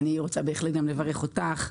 אני רוצה בהחלט גם לברך אותך,